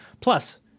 plus